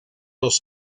los